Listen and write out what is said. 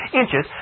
inches